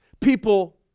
people